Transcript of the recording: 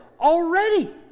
already